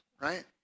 right